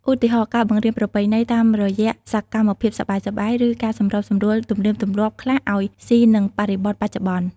ឧទាហរណ៍ ការបង្រៀនប្រពៃណីតាមរយៈសកម្មភាពសប្បាយៗ ឬការសម្របសម្រួលទំនៀមទម្លាប់ខ្លះឲ្យស៊ីនឹងបរិបទបច្ចុប្បន្ន។